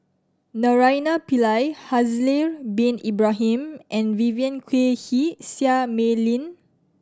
Naraina Pillai Haslir Bin Ibrahim and Vivien Quahe Seah Mei Lin